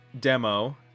demo